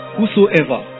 Whosoever